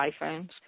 iPhones